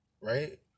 right